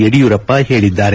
ಯಡಿಯೂರಪ್ಪ ಹೇಳಿದ್ದಾರೆ